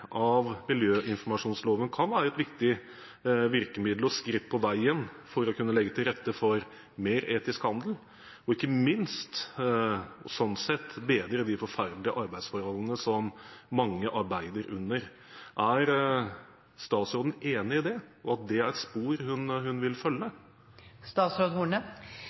av miljøinformasjonsloven kan være et viktig virkemiddel og et skritt på veien for å kunne legge til rette for mer etisk handel, og ikke minst sånn sett bedre de forferdelige arbeidsforholdene som mange arbeider under. Er statsråden enig i det? Er det et spor hun vil